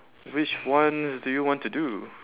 which one do you want to do